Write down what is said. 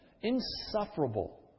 insufferable